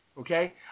Okay